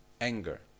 anger